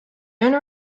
owner